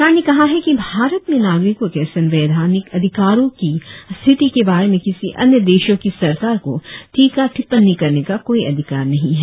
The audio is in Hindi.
सरकार ने कहा है कि भारत में नागरिकों के संवैधानिक अधिकारों की स्थिति के बारे में किसी अन्य देशों की सरकार को टीका टिप्पणी करने का कोई अधिकार नहीं है